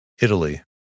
Italy